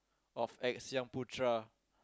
of X Xyung Putra